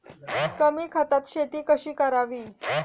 कमी खतात शेती कशी करावी?